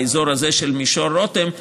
באזור הזה של מישור רותם,